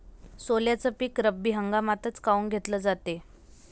सोल्याचं पीक रब्बी हंगामातच काऊन घेतलं जाते?